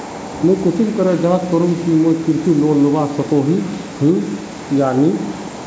मुई कुंसम करे जाँच करूम की मुई कृषि लोन लुबा सकोहो ही या नी?